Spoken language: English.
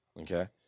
Okay